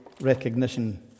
recognition